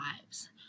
lives